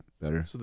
better